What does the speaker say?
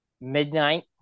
midnight